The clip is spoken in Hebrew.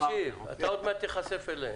אתה עוד מעט תיחשף אליהם.